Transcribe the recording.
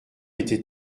était